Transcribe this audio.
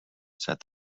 said